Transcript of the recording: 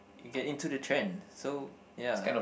you get into the trend so ya